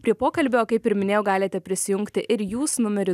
prie pokalbio kaip ir minėjau galite prisijungti ir jūs numeriu